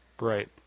Right